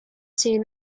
seen